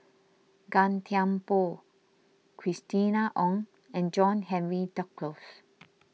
Gan Thiam Poh Christina Ong and John Henry Duclos